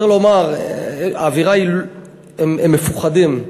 צריך לומר, האווירה, הם מפוחדים,